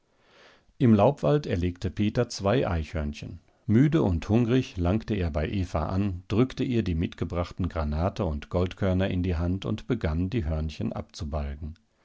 im laubwald erlegte peter zwei eichhörnchen müde und hungrig langte er bei eva an drückte ihr die mitgebrachten granate und goldkörner in die hand und begann die hörnchen